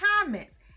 comments